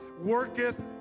worketh